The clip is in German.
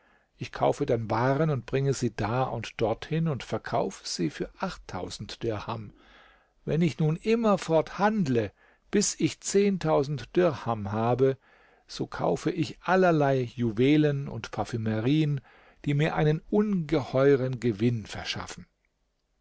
ich kaufe dann waren und bringe sie da und dorthin und verkaufe sie für dirham wenn ich nun immerfort handle bis ich dirham habe so kaufe ich allerlei juwelen und parfümerien die mir einen ungeheuren gewinn verschaffen